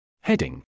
Heading